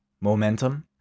momentum